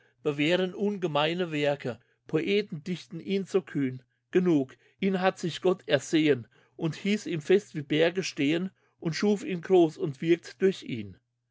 bewehren ungemeine werke poeten dichten die so kühn genug ihn hat sich gott ersehen und hieß ihn fest wie berge stehen und schuf ihn groß und wirkt durch ihn